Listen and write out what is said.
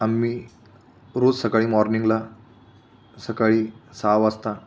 आम्ही रोज सकाळी मॉर्निंगला सकाळी सहा वाजता